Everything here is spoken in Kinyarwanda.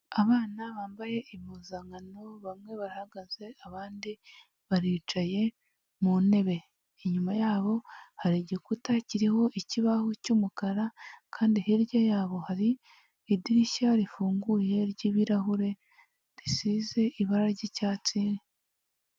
Abana bambaye impuzankano bamwe barahagaze abandi baricaye mu ntebe. Inyuma yabo hari igikuta kiriho ikibaho cy'umukara kandi hirya yabo hari idirishya rifunguye ry'ibirahure risize ibara ry'icyatsi.